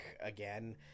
again